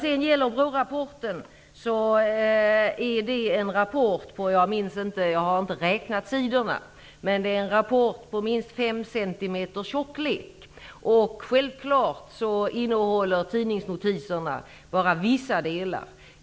Jag har inte räknat BRÅ-rapportens sidor, men tjockleken är minst fem centimeter. Självfallet återger tidningsnotiserna bara vissa delar.